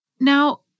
Now